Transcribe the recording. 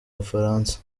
bufaransa